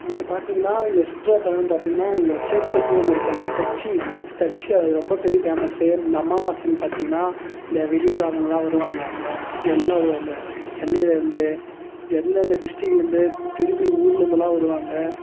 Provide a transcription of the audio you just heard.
இங்கே பார்த்தீங்கன்னா இங்கே சுற்றுலா தலம்னு பார்த்தீங்கன்னா இங்கே சேத்பேட்னு ஒன்று இருக்குது அங்கே சச்சி சச்சி அது ரொம்ப பெரிய ஃபேமஸு இந்த அமாவாசைன்னு பார்த்தீங்கன்னா இந்த வெளியூர் ஆளுங்கெளாம் வருவாங்க அங்கே எல்லாம் அந்த சென்னையிலிருந்து எந்தெந்த டிஸ்ட்ரிக்லிருந்து பெரிய பெரிய ஊருலிருந்துல்லாம் வருவாங்க